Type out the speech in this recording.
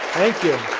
thank you.